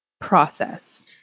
process